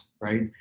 right